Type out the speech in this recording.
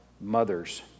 mothers